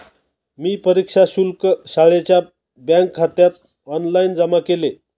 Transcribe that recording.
मी परीक्षा शुल्क शाळेच्या बँकखात्यात ऑनलाइन जमा केले